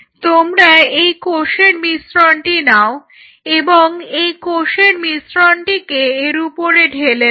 তোমরা এই কোষের মিশ্রণটি নাও এবং এই কোষের মিশ্রনটিকে এর উপরে ঢেলে দাও